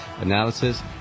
analysis